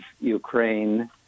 Ukraine